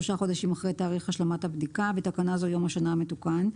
חודשים אחרי תאריך השלמת הבדיקה (בתקנה זו יום השנה המתוקן).